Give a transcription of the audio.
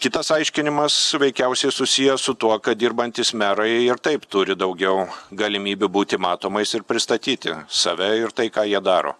kitas aiškinimas veikiausiai susijęs su tuo kad dirbantys merai ir taip turi daugiau galimybių būti matomais ir pristatyti save ir tai ką jie daro